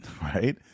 right